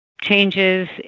changes